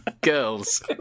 girls